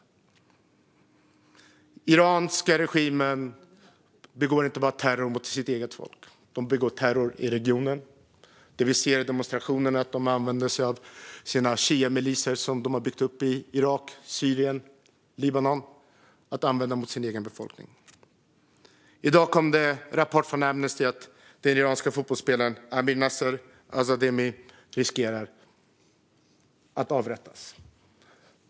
Den iranska regimen begår inte bara terror mot sitt eget folk. Den begår terror i regionen. Vi ser i demonstrationerna att regimen använder sig av sina shiamiliser som man har byggt upp i Irak, Syrien och Libanon. Dessa använder de mot sin egen befolkning. I dag kom det en rapport från Amnesty om att den iranske fotbollsspelaren Amir Nasr-Azadani riskerar att avrättas.